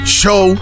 show